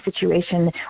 situation